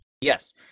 Yes